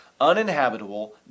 Uninhabitable